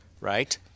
Right